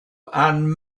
and